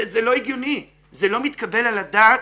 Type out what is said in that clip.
זה לא הגיוני, זה לא מתקבל על הדעת.